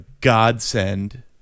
godsend